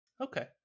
Okay